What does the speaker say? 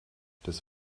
des